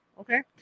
Okay